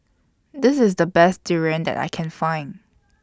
This IS The Best Durian that I Can Find